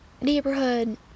neighborhood